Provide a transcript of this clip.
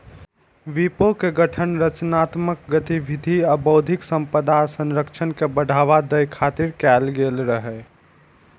विपो के गठन रचनात्मक गतिविधि आ बौद्धिक संपदा संरक्षण के बढ़ावा दै खातिर कैल गेल रहै